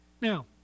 Now